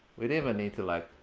we didn't even need to like,